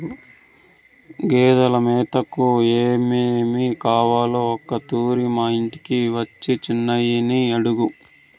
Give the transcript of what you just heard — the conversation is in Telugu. గేదెలు మేతకు ఏమేమి కావాలో ఒకతూరి మా ఇంటికొచ్చి చిన్నయని అడుగు